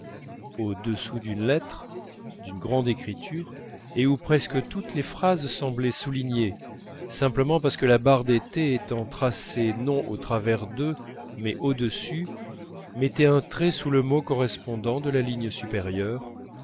au-dessous d'une lettre d'une grande écriture et où presque toutes les phrases semblaient soulignées simplement parce que la barre des t étant tracée non au travers d'eux mais au-dessus mettait un trait sous le mot correspondant de la ligne supérieure